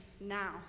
now